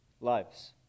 lives